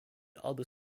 other